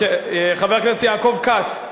חבר הכנסת יעקב כץ,